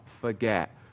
forget